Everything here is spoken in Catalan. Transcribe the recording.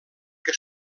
que